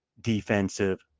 defensive